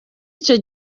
icyo